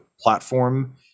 platform